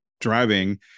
driving